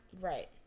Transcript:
Right